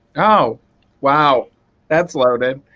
oh wow that's loaded.